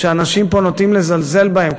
שאנשים פה נוטים לזלזל בהם,